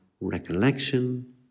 recollection